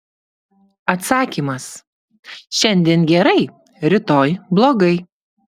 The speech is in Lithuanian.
atsakymas šiandien gerai rytoj blogai